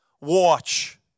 watch